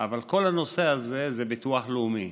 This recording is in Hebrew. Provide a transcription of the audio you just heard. אבל כל הנושא הזה זה הביטוח הלאומי.